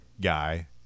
guy